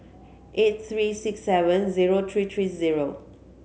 eight three six seven zero three three zero